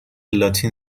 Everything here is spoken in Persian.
لاتین